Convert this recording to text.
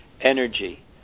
energy